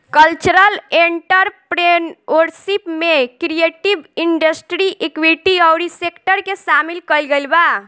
cultural entrepreneurship में creative industry activity अउरी sector के सामिल कईल गईल बा